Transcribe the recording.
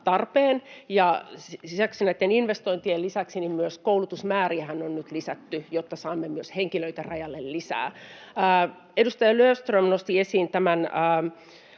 tarpeen. Näitten investointien lisäksi myös koulutusmääriähän on nyt lisätty, jotta saamme myös henkilöitä rajalle lisää. Edustaja Löfström nosti esiin tämän